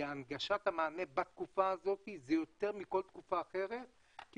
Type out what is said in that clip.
כי הנגשת המענה בתקופה הזאת חשובה יותר מכל תקופה אחרת כי